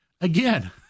Again